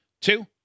two